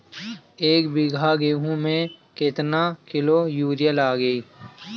एक बीगहा गेहूं में केतना किलो युरिया लागी?